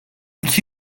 iki